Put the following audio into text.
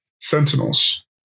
sentinels